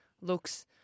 looks